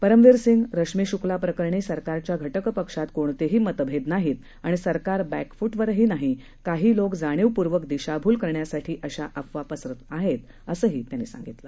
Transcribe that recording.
परमवीरसिंह रश्मी शुक्ला प्रकरणी सरकारच्या घटक पक्षात कोणतेही मतभेद नाहीत आणि सरकार बॅकफुटवरही नाही काही लोक जाणीवपूर्वक दिशाभूल करण्यासाठी अशा अफवा पसरवत आहेत असं ते म्हणाले